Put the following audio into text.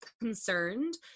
concerned